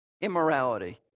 immorality